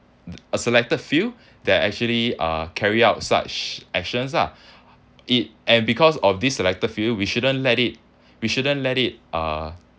a selected few that actually uh carry out such actions ah it and because of this selected few we shouldn't let it we shouldn't let it uh